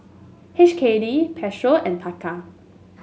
H K D Peso and Taka